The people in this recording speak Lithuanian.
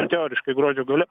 teoriškai gruodžio gale